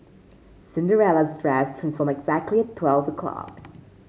Cinderella's dress transformed exactly twelve O clock